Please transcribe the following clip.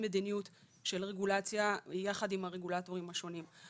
מדיניות של רגולציה יחד עם הרגולטורים השונים.